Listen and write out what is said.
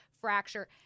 fracture